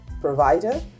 provider